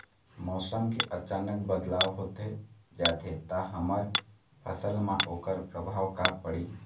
मौसम के अचानक बदलाव होथे जाथे ता हमर फसल मा ओकर परभाव का पढ़ी?